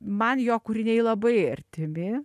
man jo kūriniai labai artimi